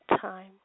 time